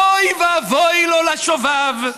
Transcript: אוי ואבוי לו לשובב,